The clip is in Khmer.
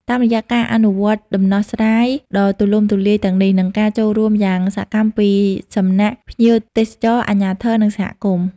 តាមរយៈការអនុវត្តដំណោះស្រាយដ៏ទូលំទូលាយទាំងនេះ និងការចូលរួមយ៉ាងសកម្មពីសំណាក់ភ្ញៀវទេសចរ អាជ្ញាធរ និងសហគមន៍។